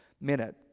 minute